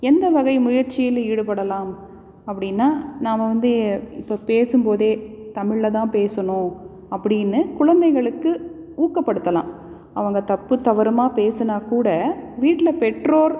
எந்த வகை முயற்சியில் ஈடுபடலாம் அப்படின்னா நாம் வந்து இப்போ பேசும்போதே தமிழில்தான் பேசணும் அப்படின்னு குழந்தைகளுக்கு ஊக்கப்படுத்தலாம் அவங்க தப்பும் தவறுமாக பேசினாக்கூட வீட்டில் பெற்றோர்